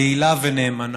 יעילה ונאמנה.